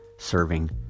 Serving